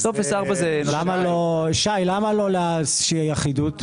שי, למה שלא תהיה אחידות?